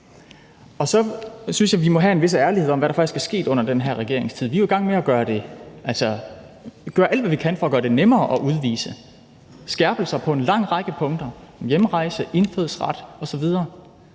Og så synes jeg, at vi må have en vis ærlighed om, hvad der faktisk er sket under den her regeringstid. Vi er jo i gang med at gøre alt, hvad vi kan, for at gøre det nemmere at udvise. Der er skærpelser på en lang række punkter: hjemrejse, indfødsret osv.